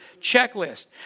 checklist